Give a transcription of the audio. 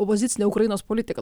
opozicine ukrainos politika